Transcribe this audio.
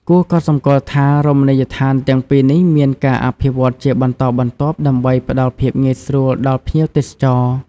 គួរកត់សម្គាល់ថា រមណីយដ្ឋានទាំងពីរនេះមានការអភិវឌ្ឍជាបន្តបន្ទាប់ដើម្បីផ្តល់ភាពងាយស្រួលដល់ភ្ញៀវទេសចរ។